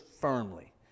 firmly